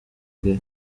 gea